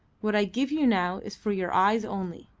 what i give you now is for your eyes only.